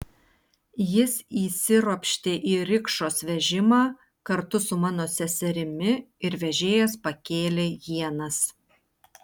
jis įsiropštė į rikšos vežimą kartu su mano seserimi ir vežėjas pakėlė ienas